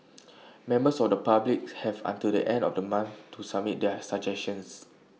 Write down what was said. members of the public have until the end of the month to submit their suggestions